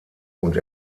und